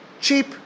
cheap